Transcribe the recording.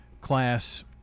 class